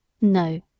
No